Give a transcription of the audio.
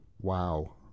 wow